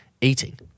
eating